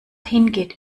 hingeht